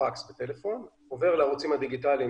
פקס וטלפון, עובר לערוצים הדיגיטליים